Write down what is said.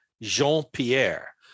Jean-Pierre